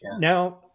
Now